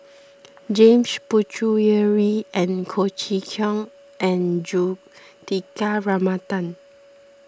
James Puthucheary and Chee Kong and Juthika Ramanathan